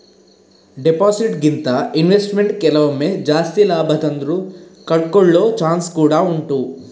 deposit ಗಿಂತ investment ಕೆಲವೊಮ್ಮೆ ಜಾಸ್ತಿ ಲಾಭ ತಂದ್ರೂ ಕಳ್ಕೊಳ್ಳೋ ಚಾನ್ಸ್ ಕೂಡಾ ಉಂಟು